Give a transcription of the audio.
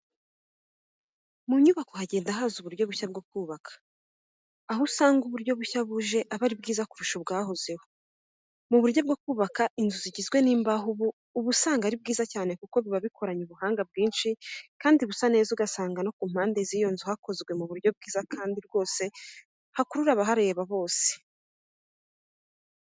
Mu nyubako hagenda haza uburyo bushya bwo kubaka, aho usanga uburyo bushya buje aba ari bwiza kurusha ubwahozeho, mu buryo bwo kubaka inzu zigizwe n'imbaho ubu, uba usanga ari bwiza cyane kuko biba bikoranye ubuhanga bwinshi kandi busa neza kandi ugasanga no ku mpande z'iyo nzu hakozwe mu buryo bwiza kandi rwose hakurura abahareba bose.